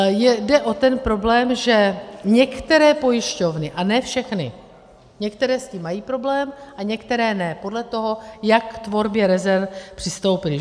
Jde o ten problém, že některé pojišťovny a ne všechny, některé s tím mají problém a některé ne, podle toho, jak k tvorbě rezerv přistoupily.